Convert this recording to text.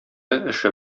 эше